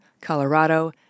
Colorado